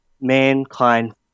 mankind